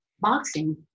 boxing